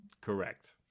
Correct